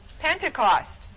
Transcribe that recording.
Pentecost